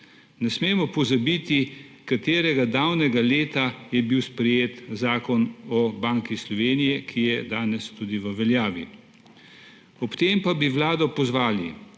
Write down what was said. Ne smemo pozabiti, katerega davnega leta je bil sprejet Zakon o Banki Slovenije, ki je danes tudi v veljavi. Ob tem pa bi Vlado pozvali